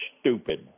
stupid